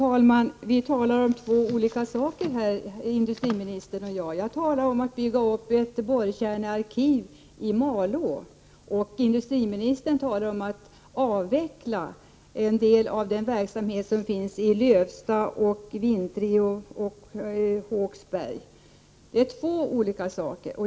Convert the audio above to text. Fru talman! Industriministern och jag talar om två olika saker. Jag talar om att bygga upp ett borrkärnearkiv i Malå och industriministern talar om att avveckla en del av den verksamhet som finns i Lövsta, Vintrie och Håksberg. Det är två olika saker.